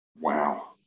Wow